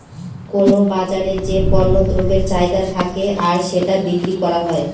কোনো বাজারে যে পণ্য দ্রব্যের চাহিদা থাকে আর সেটা বিক্রি করা হয়